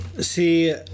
See